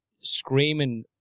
screaming